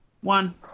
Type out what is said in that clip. One